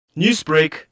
Newsbreak